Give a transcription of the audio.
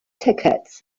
tickets